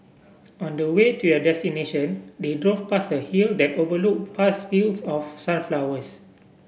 on the way to their destination they drove past a hill that overlooked vast fields of sunflowers